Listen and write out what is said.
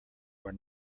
were